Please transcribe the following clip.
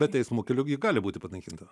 bet teismo keliu gali būti panaikinta